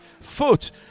foot